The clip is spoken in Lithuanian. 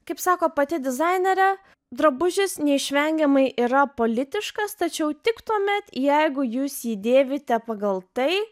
kaip sako pati dizainerė drabužis neišvengiamai yra politiškas tačiau tik tuomet jeigu jūs jį dėvite pagal tai